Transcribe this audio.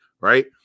right